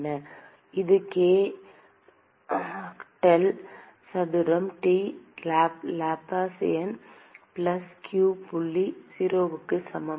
மாணவர் இது k del சதுரம் T Laplacian பிளஸ் q புள்ளி 0 க்கு சமம்